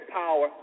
power